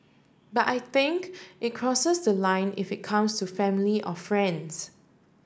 but I think it crosses the line if it comes to family or friends